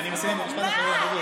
אני מסיים במשפט אחרון.